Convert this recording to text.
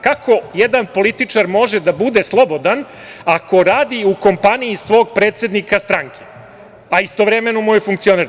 Kako jedan političar može da bude slobodan ako radi u kompaniji svog predsednika stranke, a istovremeno mu je funkcioner?